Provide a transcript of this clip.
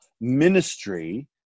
ministry